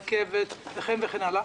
הרכבת וכן הלאה.